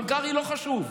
אבל קרעי לא חשוב.